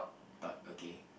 but okay